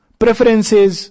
preferences